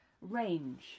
range